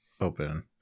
open